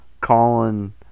Colin